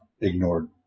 ignored